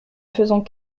faisons